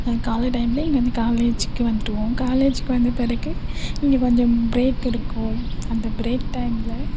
காலை டைம்லே இங்கே வந்து காலேஜ்க்கு வந்துருவோம் காலேஜ்க்கு வந்த பிறகு இங்கே கொஞ்சம் ப்ரேக் கிடைக்கும் அந்த ப்ரேக் டைம்ல